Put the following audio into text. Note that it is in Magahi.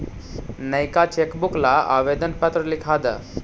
नएका चेकबुक ला आवेदन पत्र लिखा द